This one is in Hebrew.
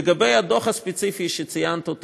לגבי הדוח הספציפי שציינת,